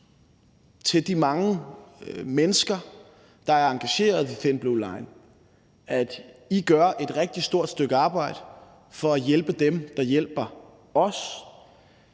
til de mange mennesker, der er engageret i Thin Blue Line, at I gør et rigtig stort stykke arbejde for at hjælpe dem, der hjælper os.